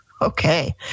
okay